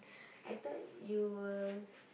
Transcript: I thought you will